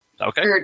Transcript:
Okay